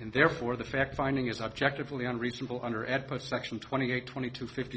and therefore the fact finding is objectively unreasonable under and put section twenty eight twenty two fifty